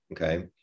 Okay